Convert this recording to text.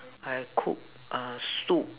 I cook uh soup